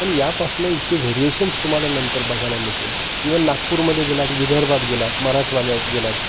पण यापासून इतके व्हेरिएशन्स तुम्हाला नंतर बघायला मिळतील इवन नागपूरमध्ये गेलात विदर्भात गेलात मराठवाड्यात गेलात